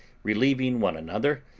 relieving one another,